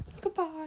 Goodbye